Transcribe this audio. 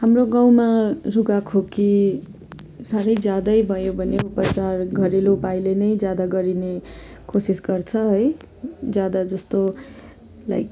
हाम्रो गाउँमा रुघा खोकी साह्रै ज्यादै भयो भने उपचार घरेलु उपायले नै ज्यादा गरिने कोसिस गर्छ है ज्यादा जस्तो लाइक